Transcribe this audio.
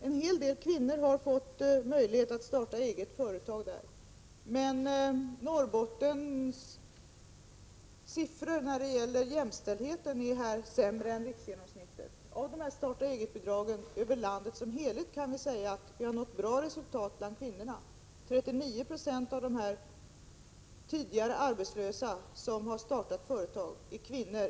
En hel del kvinnor har fått möjlighet att starta egna företag. Men Norrbottens siffror när det gäller jämställdheten är sämre än siffrorna för riksgenomsnittet. Genom starta-eget-bidragen — det gäller då landet som helhet — har vi uppnått bra resultat när det gäller kvinnorna. För landet som helhet gäller att 39 26 av dem som tidigare varit arbetslösa och som sedan startat företag är kvinnor.